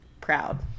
proud